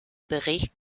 bericht